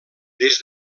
des